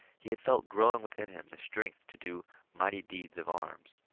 he had felt growing within him the strength to do mighty deeds of arms.